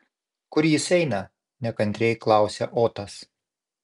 kur jis eina nekantriai klausia otas